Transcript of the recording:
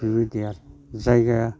बिनि देहा जायगाया